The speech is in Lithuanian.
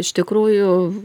iš tikrųjų